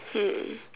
hmm